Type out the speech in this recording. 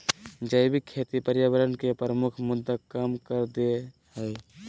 जैविक खेती पर्यावरण के प्रमुख मुद्दा के कम कर देय हइ